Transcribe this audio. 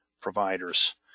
providers